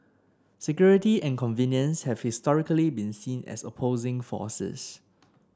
security and convenience have historically been seen as opposing forces